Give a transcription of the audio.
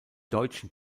deutschen